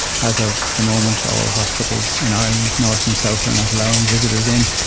as of the moment, all hospitals in ireland, north and south, are not allowing visitors in,